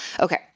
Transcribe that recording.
Okay